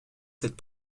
cette